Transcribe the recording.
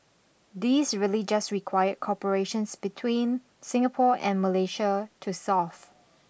these really just required corporations between Singapore and Malaysia to solve